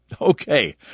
Okay